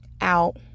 out